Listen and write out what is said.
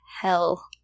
hell